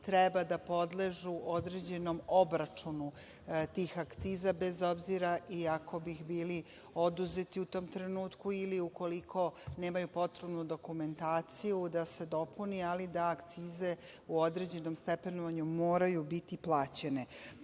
treba da podležu određenom obračunu tih akciza, bez obzira i ako bi bili oduzeti u tom trenutku ili ukoliko nemaju potrebnu dokumentaciju da se dopuni, ali da akcize u određenom stepenovanju moraju biti plaćene.S